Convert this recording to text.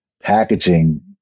packaging